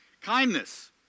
Kindness